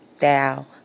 thou